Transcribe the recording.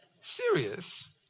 Serious